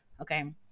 Okay